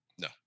No